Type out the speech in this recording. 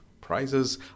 prizes